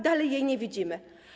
Dalej jej nie widzimy.